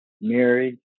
married